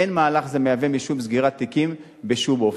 אין מהלך זה מהווה משום סגירת תיקים בשום אופן.